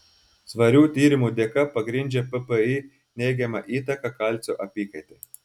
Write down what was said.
svarių tyrimų dėka pagrindžia ppi neigiamą įtaką kalcio apykaitai